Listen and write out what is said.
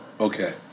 Okay